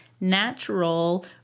natural